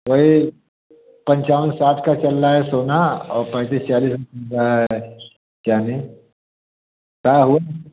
वही पच्चावन साठ का चल रहा है सोना अउ पैंतीस चालीस का यानी का हुआ